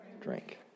drink